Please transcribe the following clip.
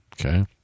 Okay